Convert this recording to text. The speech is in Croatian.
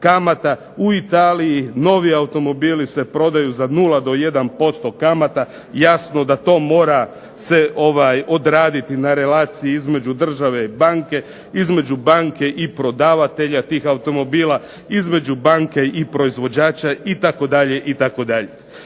U Italiji novi automobili se prodaju za 0 do 1% kamata. Jasno da to mora se odraditi na relaciji između države i banke, između banke i prodavatelja tih automobila, između banke i proizvođača itd.